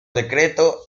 decreto